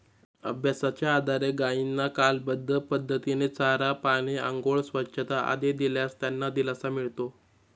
अभ्यासाच्या आधारे गायींना कालबद्ध पद्धतीने चारा, पाणी, आंघोळ, स्वच्छता आदी दिल्यास त्यांना दिलासा मिळतो